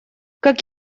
как